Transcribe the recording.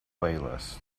playlist